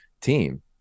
team